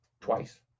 twice